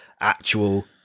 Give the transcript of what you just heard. actual